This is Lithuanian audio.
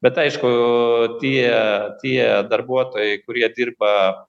bet aišku tie tie darbuotojai kurie dirba